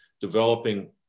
developing